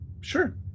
Sure